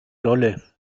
rolle